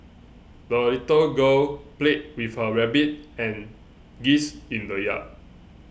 the little girl played with her rabbit and geese in the yard